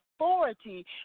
authority